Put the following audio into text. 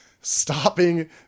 stopping